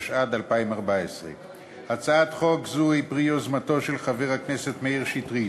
התשע"ד 2014. הצעת חוק זו היא פרי יוזמתו של חבר הכנסת מאיר שטרית.